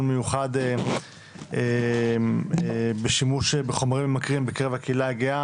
מיוחד בשימוש בחומרים ממכרים בקרב הקהילה הגאה.